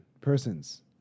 persons